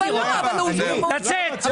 אבל לא, הוא --- לצאת.